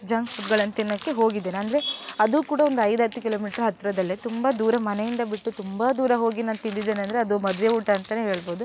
junk ಫುಡ್ಗಳನ್ನು ತಿನ್ನೋಕ್ಕೆ ಹೋಗಿದ್ದೇನೆ ಅಂದರೆ ಅದೂ ಕೂಡ ಒಂದು ಐದು ಹತ್ತು ಕಿಲೋಮೀಟ್ರ್ ಹತ್ತಿರದಲ್ಲೇ ತುಂಬ ದೂರ ಮನೆಯಿಂದ ಬಿಟ್ಟು ತುಂಬ ದೂರ ಹೋಗಿ ನಾನು ತಿಂದಿದ್ದೇನೆ ಅಂದರೆ ಅದು ಮದುವೆ ಊಟ ಅಂತಲೇ ಹೇಳ್ಬೋದು